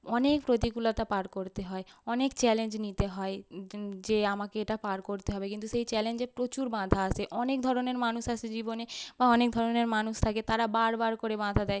অনেক প্রতিকূলতা পার করতে হয় অনেক চ্যালেঞ্জ নিতে হয় যে আমাকে এটা পার করতে হবে কিন্তু সেই চ্যালেঞ্জে প্রচুর বাধা আসে অনেক ধরনের মানুষ আসে জীবনে বা অনেক ধরনের মানুষ থাকে তারা বার বার করে বাধা দেয়